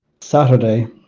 Saturday